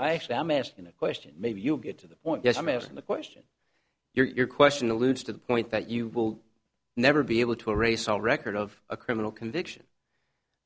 i actually am asking the question maybe you'll get to the point yes i'm asking the question your question alludes to the point that you will never be able to erase all record of a criminal conviction